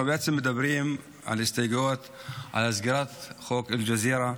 אנחנו מדברים על הסתייגויות לחוק סגירת אל-ג'זירה,